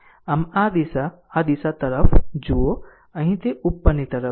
આમ આ દિશા દિશા તરફ જુઓ અહીં તે ઉપરની તરફ છે